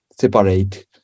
separate